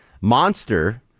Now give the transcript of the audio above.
Monster